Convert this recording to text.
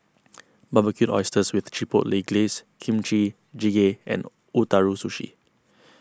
Barbecued Oysters with Chipotle Glaze Kimchi Jjigae and Ootoro Sushi